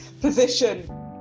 position